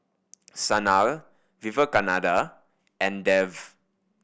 Sanal Vivekananda and Dev